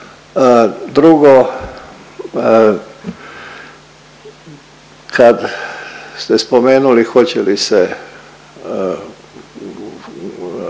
Drugo, kad ste spomenuli hoće li se